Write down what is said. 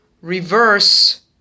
reverse